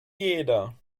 jeder